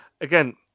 again